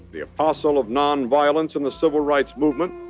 the apostle of nonviolence in the civil rights movement,